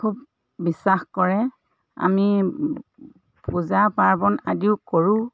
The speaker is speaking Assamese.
খুব বিশ্বাস কৰে আমি পূজা পাৰ্বণ আদিও কৰোঁ